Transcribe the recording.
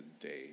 today